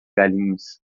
galinhas